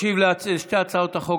ישיב לשתי הצעות החוק